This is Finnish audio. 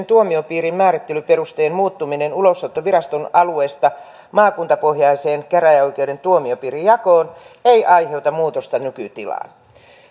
tuomiopiirin määrittelyperusteen muuttuminen ulosottoviraston alueesta maakuntapohjaiseen käräjäoikeuden tuomiopiirijakoon ei aiheuta muutosta nykytilaan